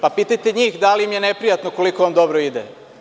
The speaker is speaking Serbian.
Pitajte njih da li im je neprijatno koliko vam dobro ide?